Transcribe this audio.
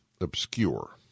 obscure